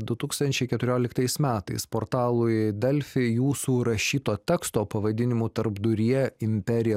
du tūkstančiai keturioliktais metais portalui delfi jūsų rašyto teksto pavadinimu tarpduryje imperija